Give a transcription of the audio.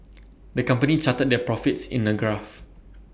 the company charted their profits in A graph